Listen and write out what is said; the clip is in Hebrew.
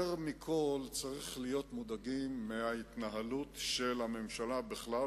יותר מכול צריך להיות מודאגים מההתנהלות של הממשלה בכלל,